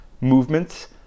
movements